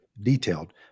detailed